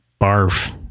Barf